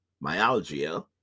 myalgia